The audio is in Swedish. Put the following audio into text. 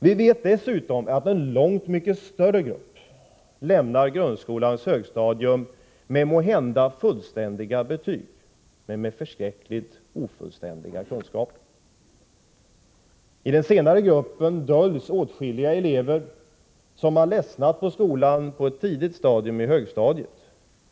Vi vet dessutom att en långt större grupp lämnar högstadiet med måhända fullständiga betyg men med förskräckligt ofullständiga kunskaper. I den senare gruppen döljs åtskilliga elever som har ledsnat på skolan på ett tidigt stadium i högstadiet.